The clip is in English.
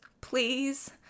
please